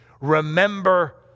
Remember